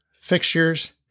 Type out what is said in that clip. fixtures